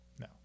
No